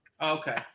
Okay